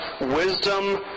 wisdom